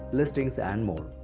listings and more.